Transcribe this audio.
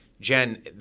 Jen